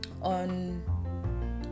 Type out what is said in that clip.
on